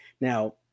Now